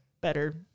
better